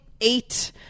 eight